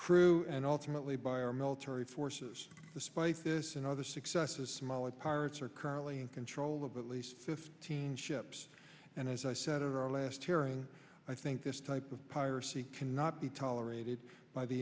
crew and ultimately by our military forces despite this and other successes somali pirates are currently in control of at least fifteen ships and as i said our last hearing i think this type of piracy cannot be tolerated by the